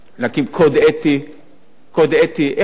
איך מחלקים לאנשים מזון ואיך שומרים על